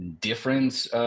difference